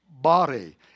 body